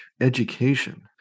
education